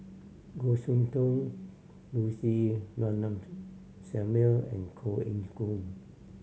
Goh Soon Tioe Lucy Samuel and Koh Eng Hoon